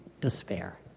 despair